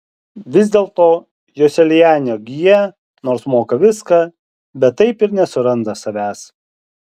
vis dėlto joselianio gija nors moka viską bet taip ir nesuranda savęs